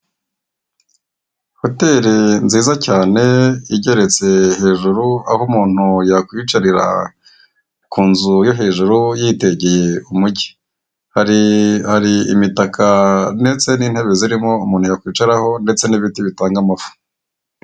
Hoteri nziza cyane igeretse hejuru aho umuntu yakwiyicarira ku nzu yo hejuru yitegeye umujyi, hari imitaka ndetse n'intebe zirimo umuntu yakwicaraho ndetse n'ibiti bitanga amafu.